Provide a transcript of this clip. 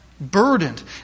Burdened